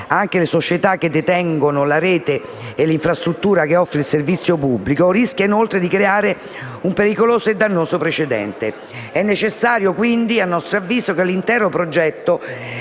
anche le società che detengono la rete e l'infrastruttura che offre il servizio pubblico, rischia, inoltre, di creare un pericoloso e dannoso precedente. È necessario, quindi, a nostro avviso, che l'intero progetto